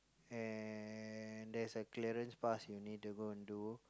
and there's a clearance pass you need to go and do